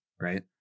right